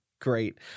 great